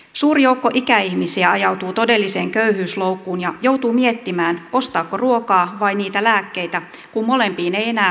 suuri joukko ikäihmisiä ajautuu todelliseen köyhyysloukkuun ja joutuu miettimään ostaako ruokaa vai niitä lääkkeitä kun molempiin ei enää raha riitä